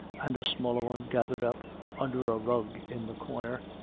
and a smaller one gathered up under a rug in the corner,